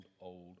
old